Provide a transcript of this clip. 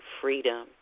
Freedom